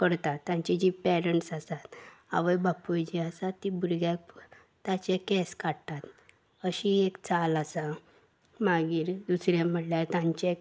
करतात तांचीं जी पेरंट्स आसात आवय बापूय जी आसा ती भुरग्याक ताचें केंस काडटात अशी एक चाल आसा मागीर दुसरें म्हणल्यार तांचें